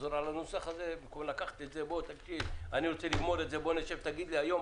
במקום לקחת ולגמור בוא נשב היום,